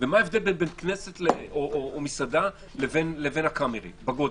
ומה ההבדל בין בית כנסת או מסעדה לקאמרי, בגודל?